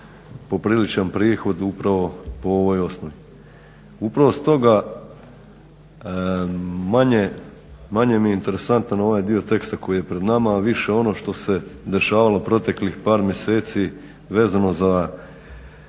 popriličan prihod upravo po ovoj osnovi. Upravo stoga manje mi je interesantan ovaj dio teksta koji je pred nama a više ono što se dešavalo proteklih par mjeseci vezano za